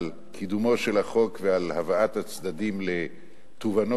על קידומו של החוק ועל הבאת הצדדים לתובנות